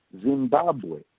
Zimbabwe